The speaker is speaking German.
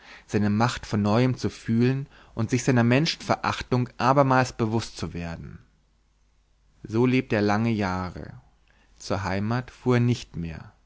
seine macht von neuem zu fühlen und sich seiner menschenverachtung abermals bewußt zu werden so lebte er lange jahre zur heimat fuhr er nicht mehr